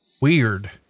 weird